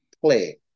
play